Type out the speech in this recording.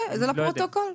אני לא יודע,